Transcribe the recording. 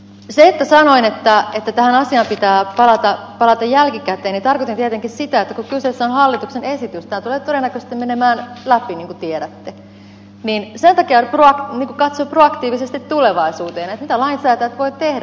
sillä kun sanoin että tähän asiaan pitää palata jälkikäteen tarkoitin tietenkin sitä että kun kyseessä on hallituksen esitys tämä tulee todennäköisesti menemään läpi niin kuin tiedätte niin sen takia katsoin proaktiivisesti tulevaisuuteen että mitä lainsäätäjät voivat tehdä